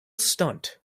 stunt